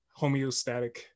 homeostatic